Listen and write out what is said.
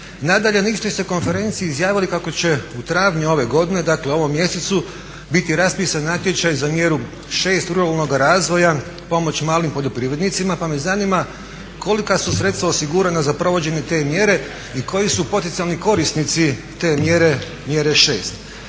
Nadalje, na istoj ste konferenciji izjavili kako će u travnju ove godine, dakle u ovom mjesecu, biti raspisan natječaj za mjeru 6 ruralnoga razvoja i pomoć malim poljoprivrednicima pa me zanima kolika su sredstva osigurana za provođenje te mjere i koji su potencijalni korisnici te mjere mjere 6?